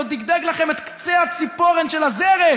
לא דגדג לכם את קצה הציפורן של הזרת.